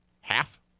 half